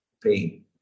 pain